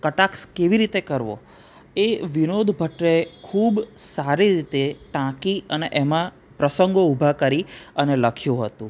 કટાક્ષ કેવી રીતે કરવો એ વિનોદ ભટ્ટે ખૂબ સારી રીતે ટાંકી અને એમાં પ્રસંગો ઊભા કરી અને લખ્યું હતું